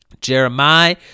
Jeremiah